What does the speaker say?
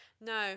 No